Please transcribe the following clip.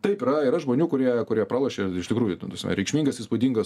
taip yra yra žmonių kurie kurie pralošė iš tikrųjų ten prasme reikšmingas įspūdingas